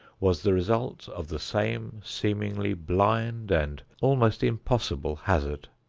was the result of the same seemingly blind and almost impossible hazard.